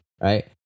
right